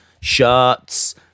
shirts